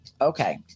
okay